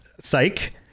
Psych